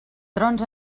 trons